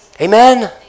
Amen